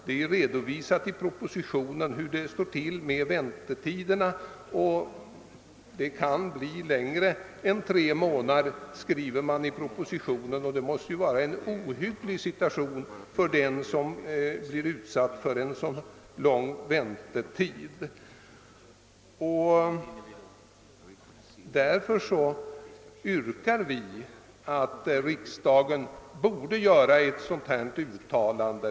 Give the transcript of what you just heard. I propositionen redogörs för hur det förhåller sig med detta, och det framhålles att det kan bli fråga om mer än tre månaders väntetid, vilket måste innebära en ohygglig situation för vederbörande. Därför yrkar reservanterna på att riksdagen gör ett uttalande.